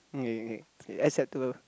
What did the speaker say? acceptable